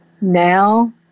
Now